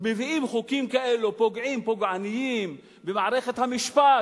מביאים חוקים כאלה פוגעניים במערכת המשפט,